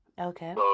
Okay